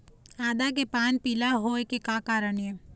आदा के पान पिला होय के का कारण ये?